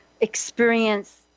experience